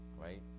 Right